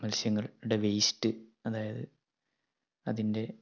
മത്സ്യങ്ങളുടെ വേസ്റ്റ് അതായത് അതിൻ്റെ